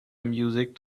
music